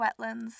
wetlands